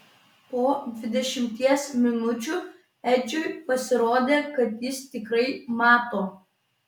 po dvidešimties minučių edžiui pasirodė kad jis tikrai mato